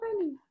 funny